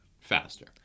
faster